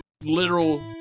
literal